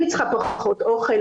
אני צריכה פחות אוכל,